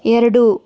ಎರಡು